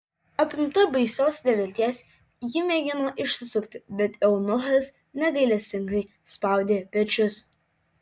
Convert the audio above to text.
apimta baisios nevilties ji mėgino išsisukti bet eunuchas negailestingai spaudė pečius